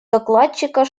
докладчика